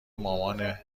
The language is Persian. مامانه